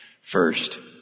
First